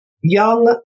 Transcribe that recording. young